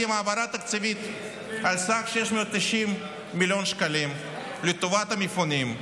העברה תקציבית על סך 690 מיליון שקלים לטובת המפונים.